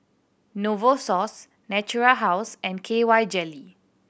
Novosource Natura House and K Y Jelly